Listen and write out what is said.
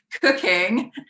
cooking